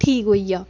ठीक होई गेआ